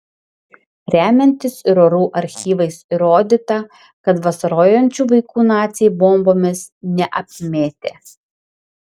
remiantis ir orų archyvais įrodyta kad vasarojančių vaikų naciai bombomis neapmėtė